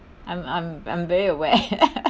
I'm I'm I'm very aware